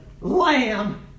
lamb